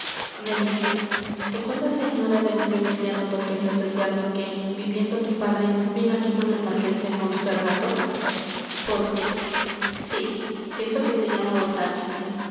acuerdas señora de un veneciano docto en letras y armas que viviendo tu padre vino aquí con el marqués de montferrato pórcia sí pienso que se llamaba